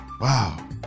Wow